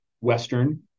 Western